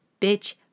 bitch